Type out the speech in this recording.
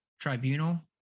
tribunal